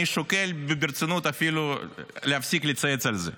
אני שוקל ברצינות אפילו להפסיק לצייץ על זה.